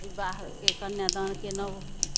विवाहके कन्यादान केलहुँ